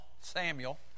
Samuel